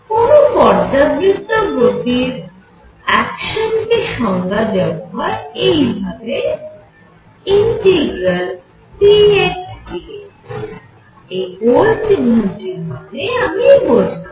কোন পর্যাবৃত্ত গতির অ্যাকশান কে সংজ্ঞা দেওয়া হয় এই ভাবে ইন্টিগ্রাল px dx এই গোল চিহ্নটির মানে আমি বোঝাব